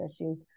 issues